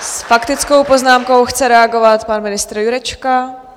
S faktickou poznámkou chce reagovat pan ministr Jurečka.